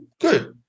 good